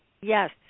Yes